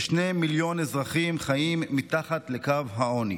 כשני מיליון אזרחים חיים מתחת לקו העוני,